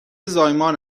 زایمان